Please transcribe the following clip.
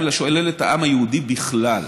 אלא שולל את העם היהודי בכלל,